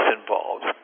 involved